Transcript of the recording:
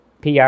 PR